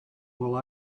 well